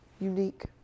unique